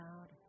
out